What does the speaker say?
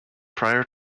prior